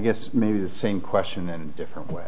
guess maybe the same question and different way